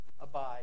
abide